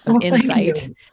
insight